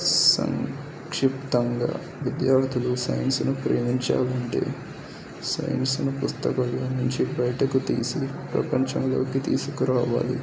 సంక్షిప్తంగా విద్యార్థులు సైన్స్ను ప్రేమించాలంటే సైన్స్ని పుస్తకాలు నుంచి బయటకు తీసి ప్రపంచంలోకి తీసుకురావాలి